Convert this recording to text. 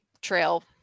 trail